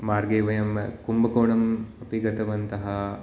मार्गे वयं कुम्भकोणम् अपि गतवन्तः